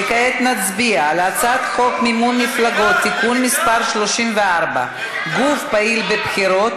כעת נצביע על הצעת חוק מימון מפלגות (תיקון מס' 34) (גוף פעיל בבחירות),